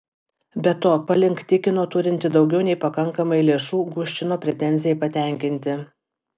be to palink tikino turinti daugiau nei pakankamai lėšų guščino pretenzijai patenkinti